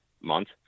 month